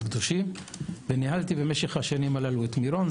הקדושים וניהלתי במשך השנים הללו את מירון.